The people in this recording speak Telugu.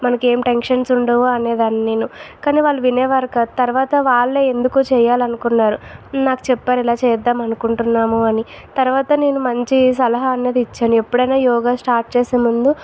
మనకి ఏం టెన్షన్స్ ఉండవు అనే దాన్ని నేను కాని వాళ్ళు వినే వారు కాదు తర్వాత వాళ్ళే ఎందుకో చేయాలనుకున్నారు నాకు చెప్పారు ఇలా చేద్దాం అనుకుంటున్నాము అని తర్వాత నేను మంచి సలహా అన్నది ఇచ్చాను ఎప్పుడైనా యోగా స్టార్ట్ చేసే ముందు